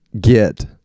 get